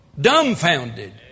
dumbfounded